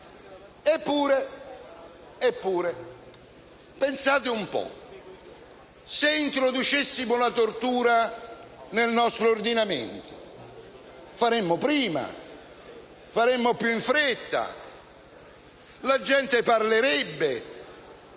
Ma pensate cosa accadrebbe se introducessimo la tortura nel nostro ordinamento. Faremmo prima, faremmo più in fretta, la gente parlerebbe